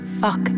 fuck